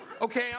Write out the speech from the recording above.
Okay